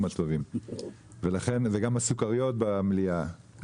גם הסוכריות במליאה וכל הדברים הטובים.